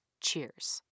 Cheers